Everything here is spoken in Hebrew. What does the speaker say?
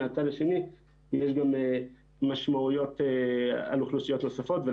ומצד שני יש לה משמעויות על אוכלוסיות נוספות.